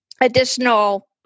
Additional